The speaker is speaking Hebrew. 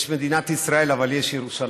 יש מדינת ישראל, אבל יש ירושלים.